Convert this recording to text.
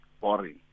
boring